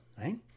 right